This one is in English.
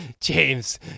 James